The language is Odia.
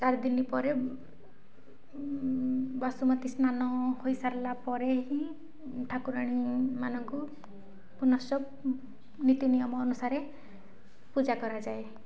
ଚାରିଦିନ ପରେ ବସୁମତୀ ସ୍ନାନ ହୋଇସାରିଲା ପରେ ହିଁ ଠାକୁରାଣୀମାନଙ୍କୁ ପୁନଶ୍ଚ ନୀତିନିୟମ ଅନୁସାରେ ପୂଜା କରାଯାଏ